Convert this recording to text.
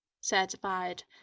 certified